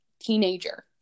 teenager